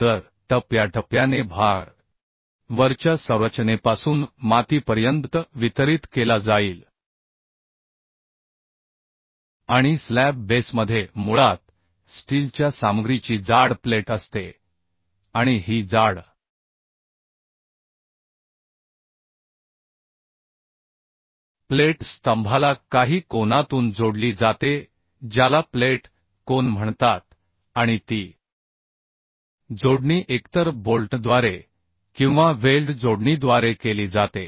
तर टप्प्याटप्प्याने भार वरच्या संरचनेपासून मातीपर्यंत वितरित केला जाईल आणि स्लॅब बेसमध्ये मुळात स्टीलच्या सामग्रीची जाड प्लेट असते आणि ही जाड प्लेट स्तंभाला काही कोनातून जोडली जाते ज्याला प्लेट कोन म्हणतात आणि ती जोडणी एकतर बोल्टद्वारे किंवा वेल्ड जोडणीद्वारे केली जाते